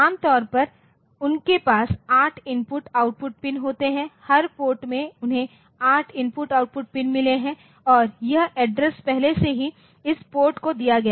आम तौर पर उनके पास 8 इनपुट आउटपुट पिन होते हैं हर पोर्ट में उन्हें 8 इनपुट आउटपुट पिन मिले हैं और यह एड्रेस पहले से ही इस पोर्ट को दिया गया है